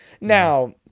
Now